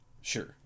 sure